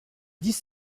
dix